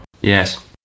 yes